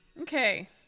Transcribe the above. Okay